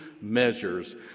measures